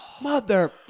mother